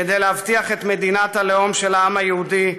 כדי להבטיח את מדינת הלאום של העם היהודי,